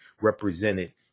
represented